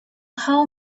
how